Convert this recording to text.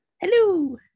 Hello